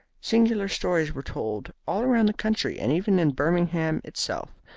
singular stories were told all round the country, and even in birmingham itself,